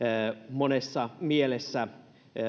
monessa mielessä